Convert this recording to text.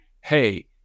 hey